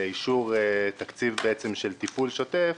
לאישור תקציב של תפעול שוטף,